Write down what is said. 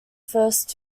first